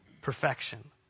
perfection